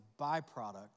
byproduct